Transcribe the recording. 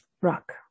rock